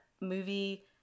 movie